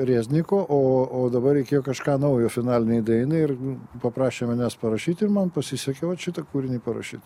rezniko o o dabar reikėjo kažką naujo finalinei dainai ir paprašė manęs parašyti ir man pasisekė vat šitą kūrinį parašyt